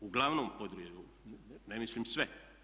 Uglavnom podjele, ne mislim sve.